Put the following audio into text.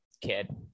kid